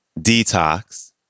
Detox